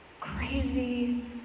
crazy